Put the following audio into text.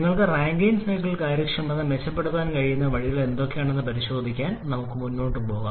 നിങ്ങൾക്ക് Rankine cycle കാര്യക്ഷമത മെച്ചപ്പെടുത്താൻ കഴിയുന്ന വഴികൾ എന്തൊക്കെയാണെന്ന് പരിശോധിക്കാൻ നമുക്ക് മുന്നോട്ട് പോകാം